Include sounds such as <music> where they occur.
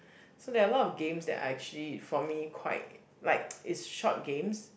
so there are a lot of games that are actually for me quite like <noise> it's short games